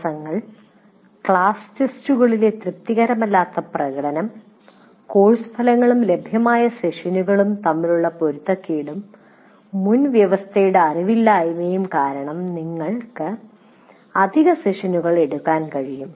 തടസ്സങ്ങൾ ക്ലാസ് ടെസ്റ്റുകളിലെ തൃപ്തികരമല്ലാത്ത പ്രകടനം കോഴ്സ് ഫലങ്ങളും ലഭ്യമായ സെഷനുകളും തമ്മിലുള്ള പൊരുത്തക്കേടും മുൻവ്യവസ്ഥയുടെ അറിവില്ലായ്മയും കാരണം നിങ്ങൾക്ക് അധിക സെഷനുകൾ എടുക്കാൻ കഴിയും